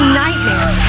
nightmare